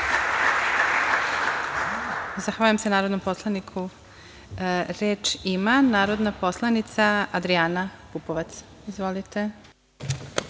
Zahvaljujem se narodnom poslaniku. Reč ima narodni poslanik Adrijana Pupovac. Izvolite.